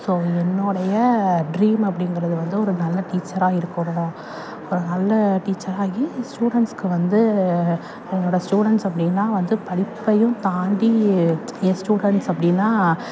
so என்னுடைய dream அப்படிங்கிறது வந்து ஒரு நல்ல டீச்சராக இருக்கணும் ஒரு நல்ல டீச்சராகி ஸ்டூடெண்ஸ்க்கு வந்து என்னோட ஸ்டூடெண்ஸ் அப்படினா வந்து படிப்பையும் தாண்டி ஏன் ஸ்டூடெண்ஸ் அப்படினா